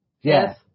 Yes